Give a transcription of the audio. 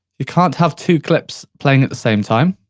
you can't have two clips playing at the same time.